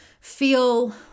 feel